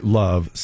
love